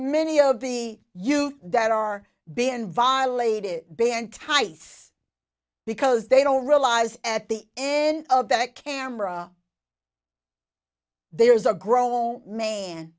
many of the youth that are being violated bantay says because they don't realize at the in of that camera there is a grown man